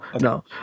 no